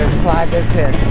slide this in.